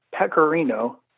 pecorino